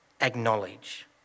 Acknowledge